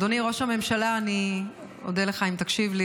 אחמד טיבי, היועץ